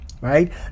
right